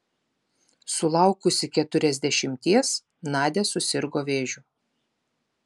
sulaukusi keturiasdešimties nadia susirgo vėžiu